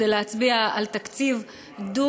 כדי להצביע על תקציב דו-שנתי.